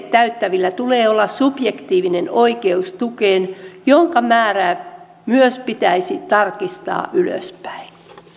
täyttävillä tulee olla subjektiivinen oikeus tukeen jonka määrää myös pitäisi tarkistaa ylöspäin